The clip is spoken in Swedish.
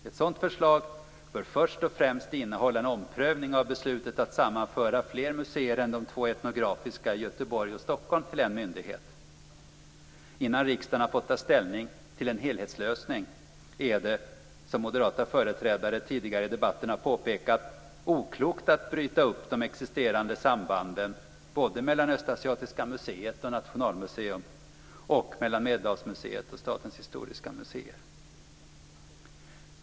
Ett sådant förslag bör först och främst innehålla en omprövning av beslutet att sammanföra fler museer än de två etnografiska i Göteborg och Stockholm till en myndighet. Innan riksdagen har fått ta ställning till en helhetslösning är det, som moderata företrädare tidigare i debatten har påpekat, oklokt att bryta upp de existerande sambanden både mellan Östasiatiska museet och Nationalmuseum och mellan Medelhavsmuseet och Statens historiska museer.